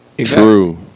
True